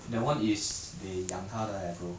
that one is they 养她的 eh bro